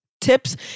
tips